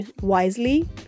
wisely